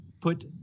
put